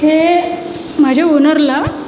हे माझ्या ओनरला